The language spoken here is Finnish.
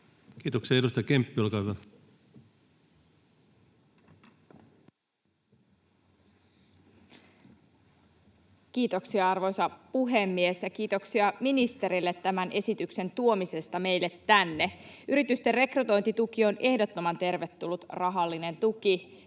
Kiitoksia. — Edustaja Kemppi, olkaa hyvä. Kiitoksia, arvoisa puhemies! Ja kiitoksia ministerille tämän esityksen tuomisesta meille tänne. Yritysten rekrytointituki on ehdottoman tervetullut rahallinen tuki.